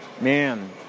Man